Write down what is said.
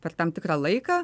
per tam tikrą laiką